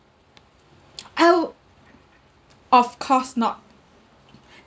oh of course not